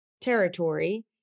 territory